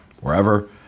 wherever